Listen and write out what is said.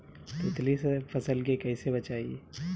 तितली से फसल के कइसे बचाई?